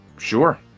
Sure